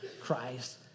Christ